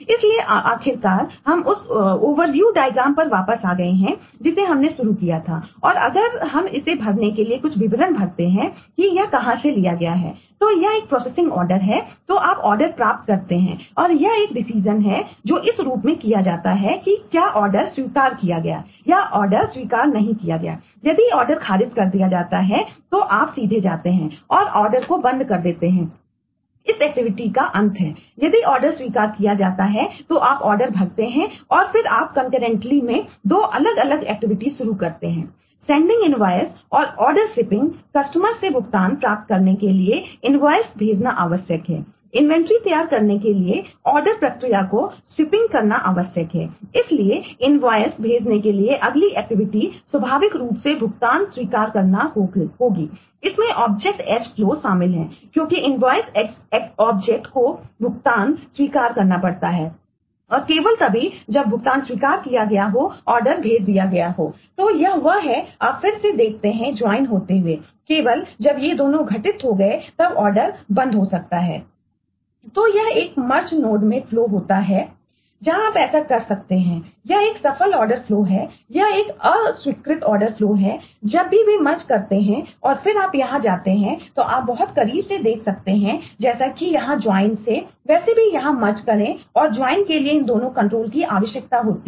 इसलिए आखिरकार हम उस ओवरव्यू डायग्राम बंद हो सकता है